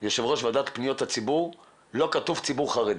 יושב ראש ועדת פניות הציבור, לא כתוב ציבור חרדי.